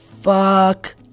fuck